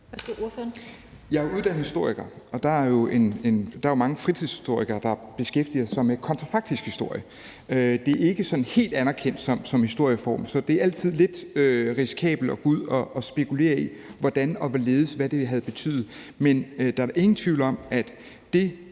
Jeg er uddannet historiker, og der er jo mange fritidshistorikere, der beskæftiger sig med kontrafaktisk historie. Det er ikke helt anerkendt som historisk felt, så det er altid lidt risikabelt at gå ud og spekulere i, hvordan og hvorledes, og hvad det ville have betydet. Men der er ingen tvivl om, at det